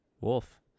Wolf